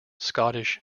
scottish